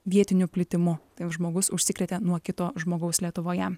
vietiniu plitimu tai jau žmogus užsikrėtė nuo kito žmogaus lietuvoje